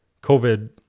COVID